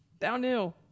Downhill